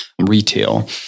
retail